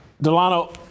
Delano